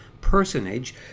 personage